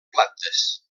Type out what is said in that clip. plantes